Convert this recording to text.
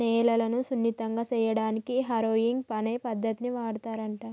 నేలను సున్నితంగా సేయడానికి హారొయింగ్ అనే పద్దతిని వాడుతారంట